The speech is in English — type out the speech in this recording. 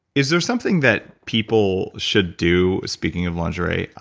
is there something that people should do, speaking of lingerie,